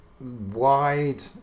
wide